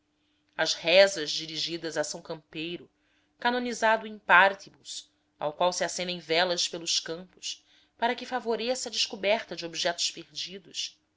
as rezas dirigidas a s campeiro canonizado in partibus ao qual se acendem velas pelos campos para que favoreça a descoberta de objetos perdidos